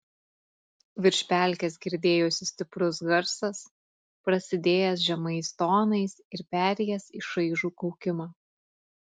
virš pelkės girdėjosi stiprus garsas prasidėjęs žemais tonais ir perėjęs į šaižų kaukimą